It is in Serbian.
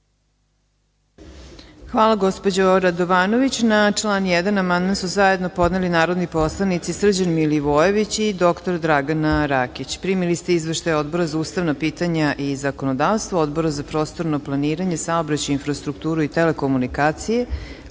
Hvala, gospođo Radovanović. Na član 1. amandman su zajedno podneli narodni poslanici Srđan Milivojević i dr Dragana Rakić. Primili ste izveštaje Odbora za ustavna pitanja i zakonodavstvo i Odbora za prostorno planiranje, saobraćaj, infrastrukturu i telekomunikacije,